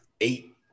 eight